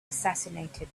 assassinated